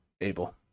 Abel